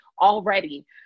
already